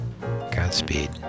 Godspeed